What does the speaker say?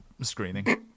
screening